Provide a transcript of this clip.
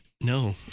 no